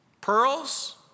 Pearls